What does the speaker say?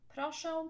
Proszę